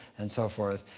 and so forth,